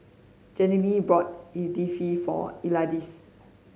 Jenilee bought Idili for Isaias